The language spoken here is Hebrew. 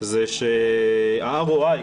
זה שה-ROI,